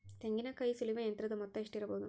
ತೆಂಗಿನಕಾಯಿ ಸುಲಿಯುವ ಯಂತ್ರದ ಮೊತ್ತ ಎಷ್ಟಿರಬಹುದು?